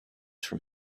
from